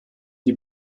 die